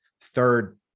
third